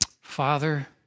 Father